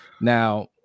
Now